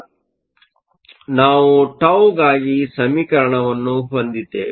ಆದ್ದರಿಂದ ನಾವು ಟೌಗಾಗಿ ಸಮೀಕರಣವನ್ನು ಹೊಂದಿದ್ದೇವೆ